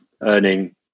earning